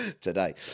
today